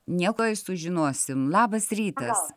nieko sužinosim labas rytas